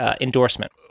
endorsement